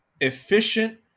efficient